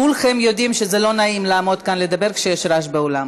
כולכם יודעים שזה לא נעים לעמוד כאן לדבר כשיש רעש מהאולם.